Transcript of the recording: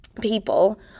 people